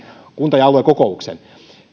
kunta ja aluekokouksen